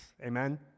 Amen